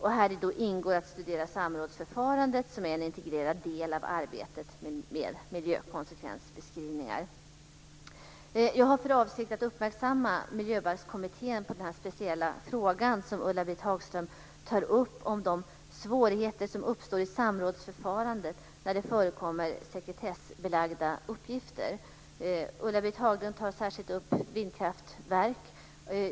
Häri ingår att studera samrådsförfarandet, som är en integrerad del av arbetet med miljökonsekvensbeskrivningar. Jag har för avsikt att uppmärksamma Miljöbalkskommittén på den speciella fråga som Ulla-Britt Hagström tar upp om de svårigheter som uppstår i samrådsförfarandet när det förekommer sekretessbelagda uppgifter. Ulla-Britt Hagström tar särskilt upp vindkraftverk.